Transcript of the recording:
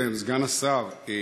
אדוני סגן השר,